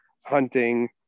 hunting